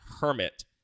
Hermit